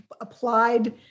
applied